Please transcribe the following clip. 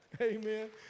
Amen